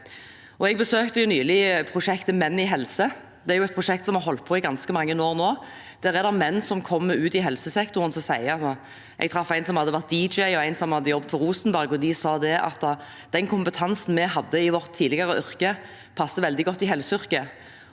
Jeg besøkte nylig prosjektet Menn i helse. Det er et prosjekt som har holdt på i ganske mange år nå. Der er det menn som kommer inn i helsesektoren. Jeg traff en som hadde vært DJ, og en som hadde jobbet på Rosenberg. De sa at den kompetansen de hadde fra sitt tidligere yrke, passer veldig godt i helseyrket.